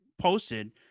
posted